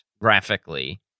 graphically